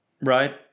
right